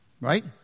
right